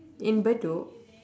in bedok